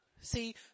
See